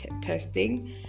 testing